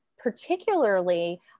particularly